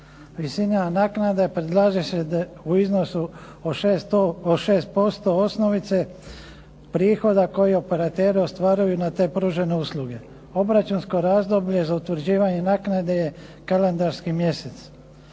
Visina naknade predlaže se u iznosu od 6% osnovice pirhoda koji operateri ostvaruju na te pružene usluge. Obračunsko razdoblje za utvrđivanje naknade je kalendarski mjesec.